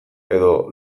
edo